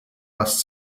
was